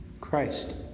Christ